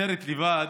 הכותרת לבדה